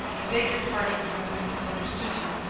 i beg your pardon for having misunderstood you.